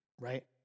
right